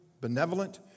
benevolent